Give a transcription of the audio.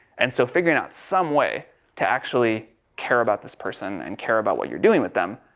and, so figuring out some way to actually care about this person and care about what you're doing with them.